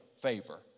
favor